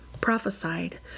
prophesied